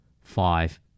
Five